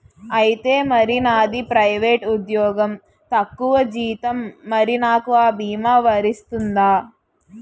ఐతే మరి నాది ప్రైవేట్ ఉద్యోగం తక్కువ జీతం మరి నాకు అ భీమా వర్తిస్తుందా?